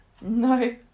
No